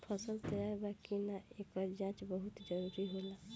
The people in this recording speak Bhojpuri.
फसल तैयार बा कि ना, एकर जाँच बहुत जरूरी होला